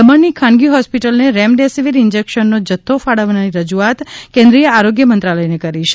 દમણ ની ખાનગી હોસ્પિટલો ને રેમડેસીવીર ઈંજેકશન નો જથ્થો ફાળવાની રજૂઆત કેન્દ્રિય આરોગ્ય મંત્રાલય ને કરી છે